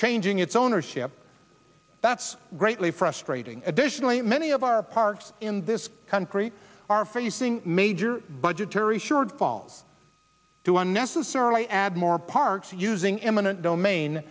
changing its ownership that's greatly frustrating additionally many of our parks in this country are facing major budgetary shortfalls to unnecessarily add more parks using eminent domain